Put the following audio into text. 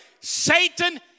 Satan